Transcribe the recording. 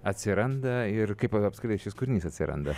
atsiranda ir kaip apskritai šis kūrinys atsiranda